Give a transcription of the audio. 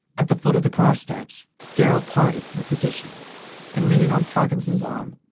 at the foot of the car steps darrell parted from the physician and, leaning on parkinson's arm,